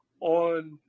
on